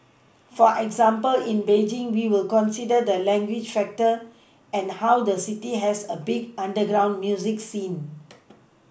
for example in Beijing we will consider the language factor and how the city has a big underground music scene